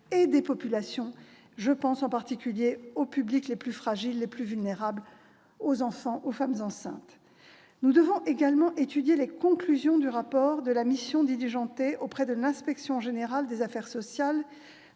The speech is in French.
et des populations. Je pense en particulier aux publics les plus fragiles et les plus vulnérables, les enfants et les femmes enceintes. Nous devons également étudier les conclusions du rapport de la mission diligentée auprès de l'inspection générale des affaires sociales,